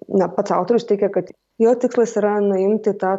na pats autorius teigia kad jo tikslas yra nuimti tą